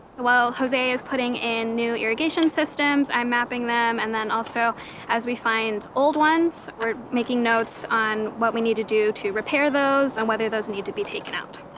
well. jose is putting in new irrigation systems, i'm mapping them, and then also as we find old ones, or making notes on what we need to do to repair those, and whether those need to be taken out.